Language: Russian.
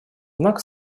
знак